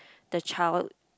the child